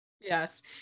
yes